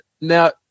Now